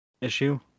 issue